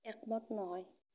একমত নহয়